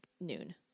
noon